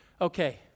Okay